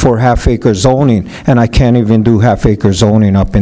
for half acre zoning and i can't even do half acre zoning up in